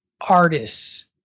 artists